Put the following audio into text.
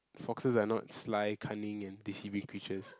foxes are not sly cunning and deceiving creatures